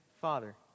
father